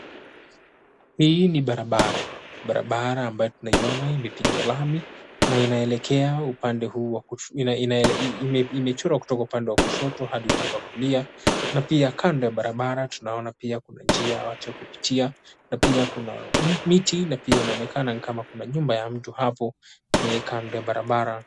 Hii ni barabara, barabara ambayo tunaiona imepigwa lami na imechorwa kutoka upande wa kushoto hadi upande wa kulia na pia kando ya barabara tunaona pia kuna njia ya kupitia, na pia kuna miti na pia inaonekana ni kama kuna nyumba ya mtu hapo kando ya barabara.